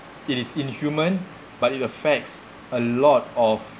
it is inhuman but it affects a lot of